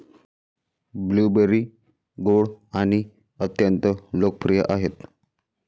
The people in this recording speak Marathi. ब्लूबेरी गोड, पौष्टिक आणि अत्यंत लोकप्रिय आहेत